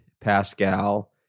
Pascal